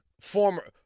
Former